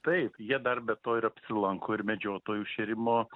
taip jie dar be to ir apsilanko ir medžiotojų šėrimo